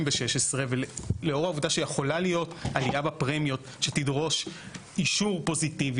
ולאור העובדה שיכולה להיות עלייה בפרמיות שתדרוש אישור פוזיטיבי,